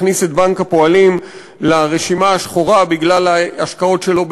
הכניס את בנק הפועלים לרשימה השחורה בגלל ההשקעות שלו בהתנחלויות,